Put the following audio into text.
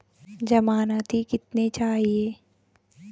ज़मानती कितने चाहिये?